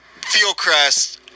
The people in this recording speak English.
Fieldcrest